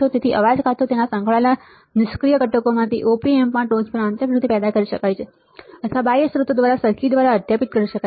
તેથી અવાજ કાં તો તેના સંકળાયેલ નિષ્ક્રિય ઘટકોમાંથી op amp માં ટોચ પર આંતરિક રીતે પેદા કરી શકાય છે અથવા બાહ્ય સ્ત્રોતો દ્વારા સર્કિટ દ્વારા અધ્યાપિત કરી શકાય છે